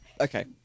Okay